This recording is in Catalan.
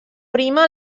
prima